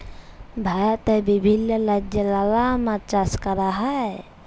ভারতে বিভিল্য রাজ্যে লালা মাছ চাষ ক্যরা হ্যয়